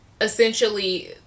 Essentially